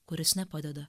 kuris nepadeda